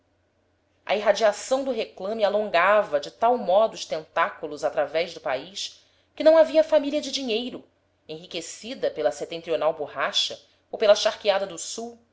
a irradiação da réclame alongava de tal modo os tentáculos através do país que não havia família de dinheiro enriquecida pela setentrional borracha ou pela charqueada do sul